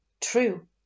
True